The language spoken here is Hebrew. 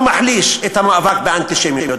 לא מחליש את המאבק באנטישמיות,